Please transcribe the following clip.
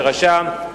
שרשם,